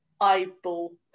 eyeball